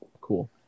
cool